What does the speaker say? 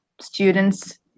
students